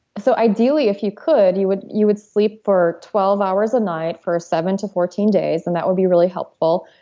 so ideally, if you could, you would you would sleep for twelve hours a night for seven to fourteen days, and that would be really helpful.